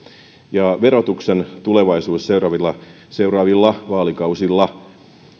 verotuksen tulevaisuus seuraavilla seuraavilla vaalikausilla